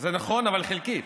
אז נכון, אבל חלקית,